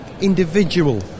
individual